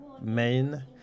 main